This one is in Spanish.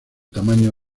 tamaño